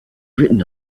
written